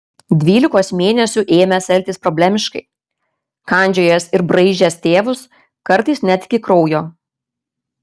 dvylikos mėnesių ėmęs elgtis problemiškai kandžiojęs ir braižęs tėvus kartais net iki kraujo